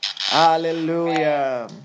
Hallelujah